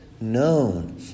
Known